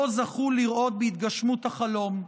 לא זכו לראות בהתגשמות החלום.